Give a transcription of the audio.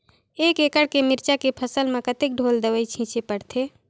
एक एकड़ के मिरचा के फसल म कतेक ढोल दवई छीचे पड़थे?